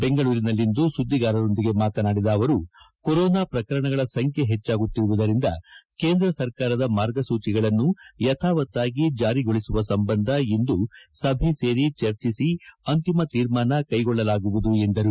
ಬೆಂಗಳೂರಿನಲ್ಲಿಂದು ಸುದ್ವಿಗಾರರೊಂದಿಗೆ ಮಾತನಾಡಿದ ಅವರು ಕೊರೋನಾ ಪ್ರಕರಣಗಳ ಸಂಖ್ಯೆ ಹೆಚ್ಚಾಗುತ್ತಿರುವುದರಿಂದ ಕೇಂದ್ರ ಸರ್ಕಾರದ ಮಾರ್ಗಸೂಚಿಗಳನ್ನು ಯಥಾವತ್ತಾಗಿ ಜಾರಿಗೊಳಿಸುವ ಸಂಬಂಧ ಇಂದು ಸಭೆ ಸೇರಿ ಚರ್ಚಿಸಿ ಅಂತಿಮ ತೀರ್ಮಾನ ಕೈಗೊಳ್ಳಲಾಗುವುದು ಎಂದರು